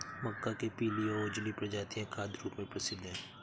मक्का के पीली और उजली प्रजातियां खाद्य रूप में प्रसिद्ध हैं